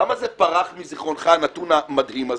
למה זה פרח מזיכרונך, הנתון המדהים הזה?